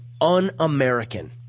un-American